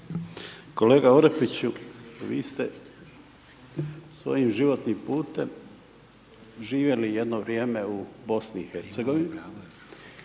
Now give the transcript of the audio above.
Kolega Orepiću, vi ste svojim životnim putem živjeli jedno vrijeme u BiH i vi